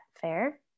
fair